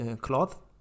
cloth